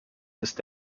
ist